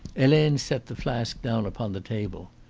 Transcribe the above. helene set the flask down upon the table.